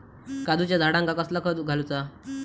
काजूच्या झाडांका कसला खत घालूचा?